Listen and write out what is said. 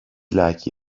lucky